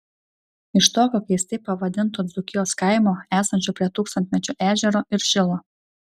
iš tokio keistai pavadinto dzūkijos kaimo esančio prie tūkstantmečio ežero ir šilo